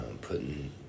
putting